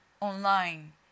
online